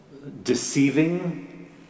Deceiving